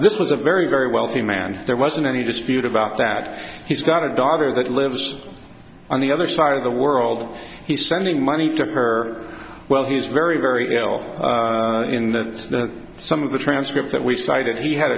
this was a very very wealthy man there wasn't any dispute about that he's got a daughter that lives on the other side of the world he's sending money to her well he's very very ill in that some of the transcript that we cited he had